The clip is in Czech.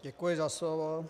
Děkuji za slovo.